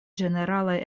ĝeneralaj